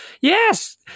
Yes